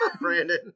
Brandon